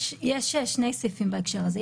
יש שני סעיפים בהקשר הזה.